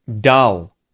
dull